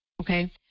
okay